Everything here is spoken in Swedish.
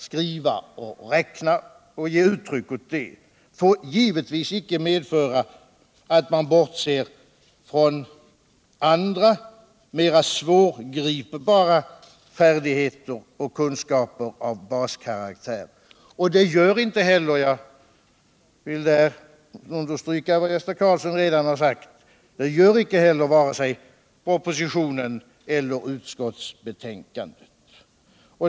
skriva och räkna och ge uttryck åt det får givetvis icke medföra att man bortser från andra mera svårgripbara färdigheter och kunskaper av baskaraktär, och det görs inte heller — jag vill understrvka vad Gösta Karlsson redan sagt — i vare sig propositionen eller utskottsbetänkandet.